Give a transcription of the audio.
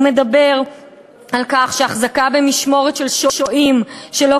הוא מדבר על כך שהחזקה במשמורת של שוהים שלא